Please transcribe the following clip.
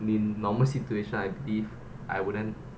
in normal situation I believe I wouldn't